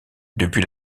depuis